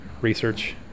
research